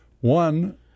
One